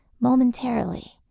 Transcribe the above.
momentarily